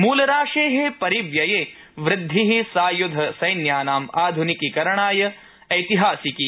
मूलराशे परिव्यये वृद्धि सायुध सैन्यानां आध्निकीकरणे विकासाय ऐतिहासिकी